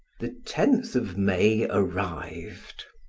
the tenth of may arrived.